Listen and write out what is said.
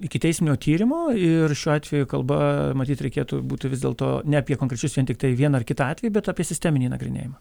ikiteisminio tyrimo ir šiuo atveju kalba matyt reikėtų būti vis dėlto ne apie konkrečius vien tiktai vieną ar kitą atvejį bet apie sisteminį nagrinėjimą